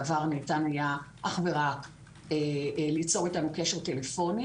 בעבר היה ניתן אך ורק ליצור איתנו קשר טלפוני.